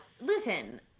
listen